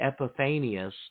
Epiphanius